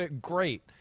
great